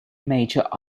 major